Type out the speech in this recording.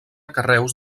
carreus